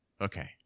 okay